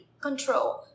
control